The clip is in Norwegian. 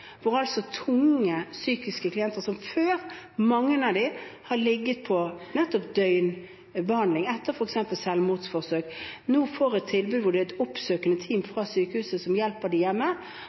hvor mange tungt psykisk syke klienter tidligere har fått døgnbehandling etter f.eks. selvmordsforsøk, og nå får et tilbud hvor et oppsøkende team fra sykehuset hjelper dem hjemme.